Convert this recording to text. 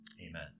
Amen